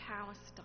Palestine